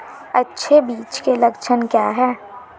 अच्छे बीज के लक्षण क्या हैं?